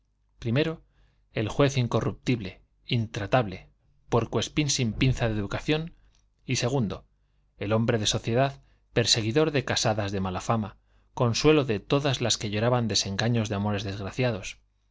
o el juez incorruptible intratable puerco espín sin pizca de educación y o el hombre de sociedad perseguidor de casadas de mala fama consuelo de todas las que lloraban desengaños de amores desgraciados